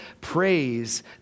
Praise